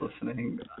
listening